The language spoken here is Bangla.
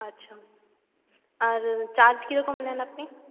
আচ্ছা আর চার্জ কীরকম নেন আপনি